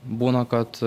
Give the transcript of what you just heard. būna kad